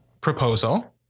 proposal